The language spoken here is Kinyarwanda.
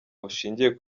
bushingiye